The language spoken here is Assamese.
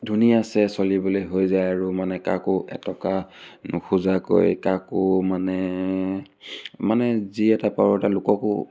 ধুনীয়াছে চলিবলৈ হৈ যায় আৰু মানে কাকো এটকা নখোজাকৈ কাকো মানে মানে যি এটা পাৰোঁ এটা লোককো